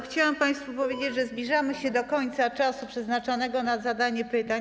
Chciałam państwu powiedzieć, że zbliżamy się do końca czasu przeznaczonego na zadanie pytań.